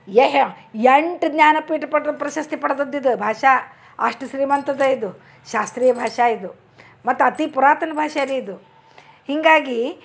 ಏಹೆ ಎಂಟು ಜ್ಞಾನಪೀಠ ಪಟ್ ಪ್ರಶಸ್ತಿ ಪಡ್ದಿದೆ ಇದು ಭಾಷೆ ಅಷ್ಟು ಶ್ರೀಮಂತ ಇದೆ ಇದು ಶಾಸ್ತ್ರೀಯ ಭಾಷೆ ಇದು ಮತ್ತು ಅತಿ ಪುರಾತನ ಭಾಷೆ ರೀ ಇದು ಹೀಗಾಗಿ